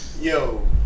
Yo